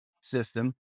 system